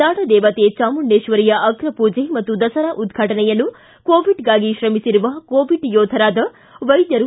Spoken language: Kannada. ನಾಡದೇವತೆ ಚಾಮುಂಡೇಶ್ವರಿಯ ಅಗ್ರಪೂಜೆ ಮತ್ತು ದಸರಾ ಉದ್ಘಾಟನೆಯನ್ನು ಕೋವಿಡ್ಗಾಗಿ ಶ್ರಮಿಸಿರುವ ಕೋವಿಡ್ ಯೋಧರಾದ ವೈದ್ಯರು